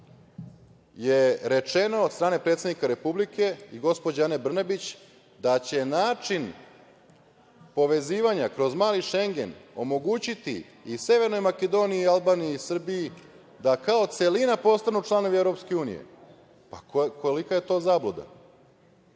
je rečeno od strane predsednika Republike i gospođe Ane Brnabić da će način povezivanja kroz „mali Šengen“ omogućiti i Severnoj Makedoniji i Albaniji i Srbiji da kao celina postanu članovi Evropske unije. Pa kolika je to zabluda? Da